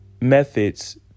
methods